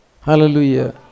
Hallelujah